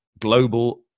global